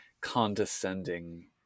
condescending